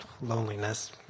loneliness